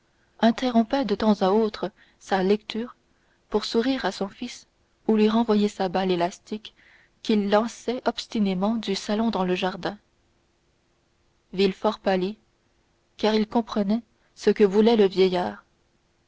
interrompait de temps à autre sa lecture pour sourire à son fils ou lui renvoyer sa balle élastique qu'il lançait obstinément du salon dans le jardin villefort pâlit car il comprenait ce que voulait le vieillard